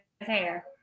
hair